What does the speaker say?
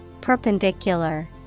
Perpendicular